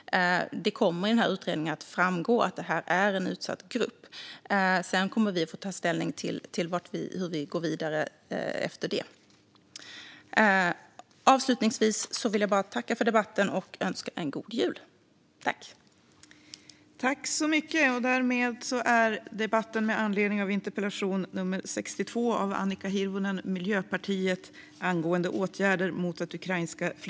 Det kommer i utredningen att framgå att det här är en utsatt grupp. Sedan kommer vi att ta ställning till hur vi går vidare. Avslutningsvis vill jag tacka för debatten och önska en god jul.